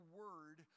word